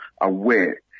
aware